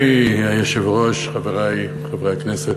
אדוני היושב-ראש, חברי חברי הכנסת,